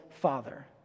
Father